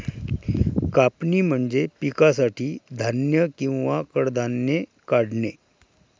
कापणी म्हणजे पिकासाठी धान्य किंवा कडधान्ये काढणे